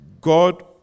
God